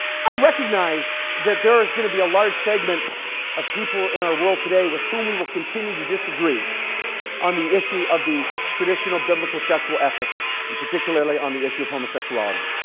i recognize that there is going to be a large segment of people in our world today with whom we will continue to disagree on the issue of the traditional biblical sexual ethic and particularly on the issue of homosexuality.